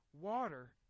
water